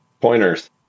Pointers